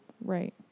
Right